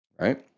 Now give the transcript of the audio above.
right